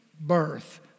birth